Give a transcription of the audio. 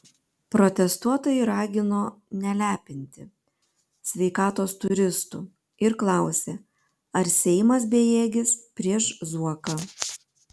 protestuotojai ragino nelepinti sveikatos turistų ir klausė ar seimas bejėgis prieš zuoką